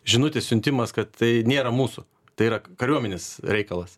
žinutės siuntimas kad tai nėra mūsų tai yra kariuomenės reikalas